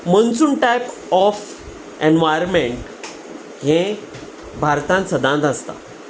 monsoon type of environment हें भारतान सदांच आसता